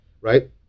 right